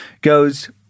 Goes